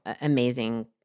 amazing